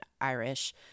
Irish